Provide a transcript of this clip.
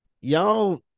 y'all